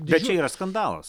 bet čia yra skandalas